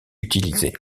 utilisée